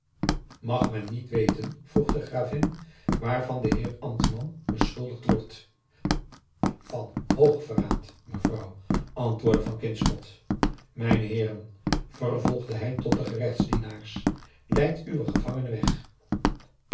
mag men niet weten vroeg de gravin waarvan de heer ambtman beschuldigd wordt van hoog verraad mevrouw antwoordde van kinschot mijne heeren vervolgde hij tot de gerechtsdienaars leidt uwen gevangene weg